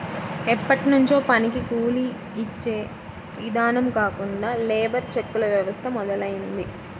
ఎప్పట్నుంచో పనికి కూలీ యిచ్చే ఇదానం కాకుండా లేబర్ చెక్కుల వ్యవస్థ మొదలయ్యింది